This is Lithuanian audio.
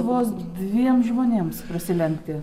vos dviem žmonėms prasilenkti